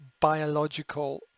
biological